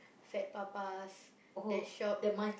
Fat-Papas that shop